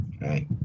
right